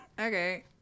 okay